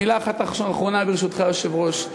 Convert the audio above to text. ומילה אחת אחרונה, ברשותך, היושב-ראש.